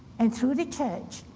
and through the church,